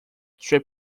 street